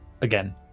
again